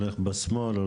הולך בשמאל,